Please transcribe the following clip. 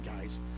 guys